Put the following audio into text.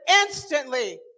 instantly